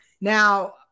Now